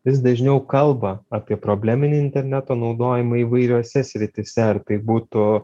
vis dažniau kalba apie probleminį interneto naudojimą įvairiose srityse ar tai būtų